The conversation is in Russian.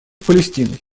палестиной